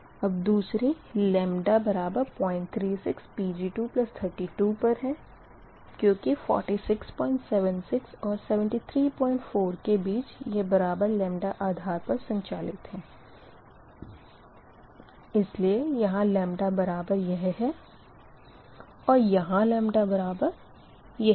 अब दूसरी 036 Pg232 पर है क्यूँकि 4676 और 734 के बीच यह बराबर आधार पर संचालित है इसलिए यहाँ बराबर यह है और यहाँ बराबर यह है